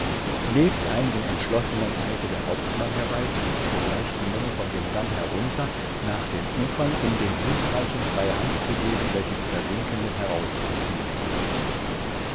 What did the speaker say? nebst einigen entschlossenen eilte der hauptmann herbei trieb sogleich die menge von dem damm herunter nach den ufern um den hülfreichen freie hand zu geben welche die versinkenden herauszuziehen suchten